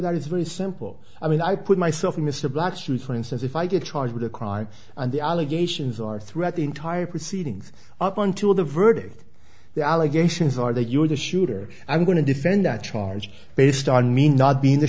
that is very simple i mean i put myself in mr black shoes for instance if i get charged with a crime and the allegations are throughout the entire proceedings up until the verdict the allegations are that you are the shooter i'm going to defend that charge based on me not being the